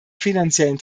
finanziellen